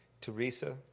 Teresa